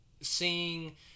seeing